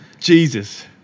Jesus